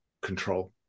control